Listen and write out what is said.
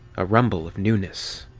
a rumble of newness.